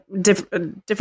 different